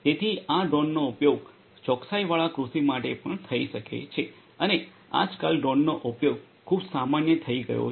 તેથી આ ડ્રોનનો ઉપયોગ ચોકસાઇવાળા કૃષિ માટે પણ થઈ શકે છે અને આજકાલ ડ્રોનનો ઉપયોગ ખૂબ સામાન્ય થઈ ગયો છે